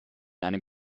einem